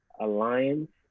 Alliance